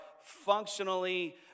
functionally